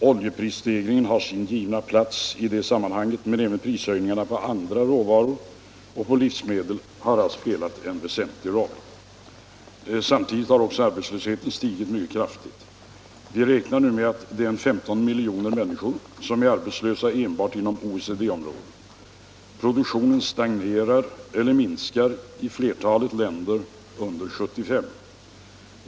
Oljeprisstegringarna har sin givna plats i detta sammanhang men även prisökningarna på övriga råvaror och på livsmedel har spelat en väsentlig roll. Samtidigt har också arbetslösheten stigit mycket kraftigt. Vi räknar nu med att över 15 miljoner människor är arbetslösa enbart inom OECD området. Produktionen stagnerar eller t.o.m. minskar i flertalet länder under 1975.